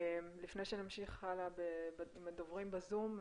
לפני שנמשיך הלאה עם הדוברים בזום,